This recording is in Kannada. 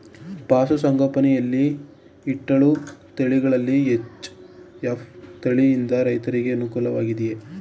ಪಶು ಸಂಗೋಪನೆ ಯಲ್ಲಿ ಇಟ್ಟಳು ತಳಿಗಳಲ್ಲಿ ಎಚ್.ಎಫ್ ತಳಿ ಯಿಂದ ರೈತರಿಗೆ ಅನುಕೂಲ ವಾಗಿದೆಯೇ?